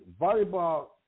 volleyball